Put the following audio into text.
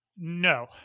No